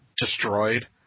destroyed